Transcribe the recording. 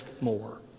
more